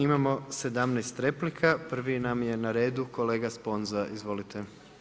Imamo 17 replika, prvi nam je na redu kolega Sponza, izvolite.